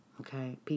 okay